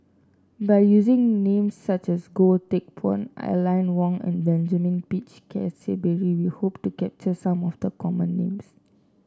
by using names such as Goh Teck Phuan Aline Wong and Benjamin Peach Keasberry we hope to capture some of the common names